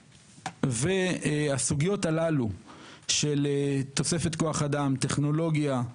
הסוגיות הללו של תוספת כוח אדם, טכנולוגיה,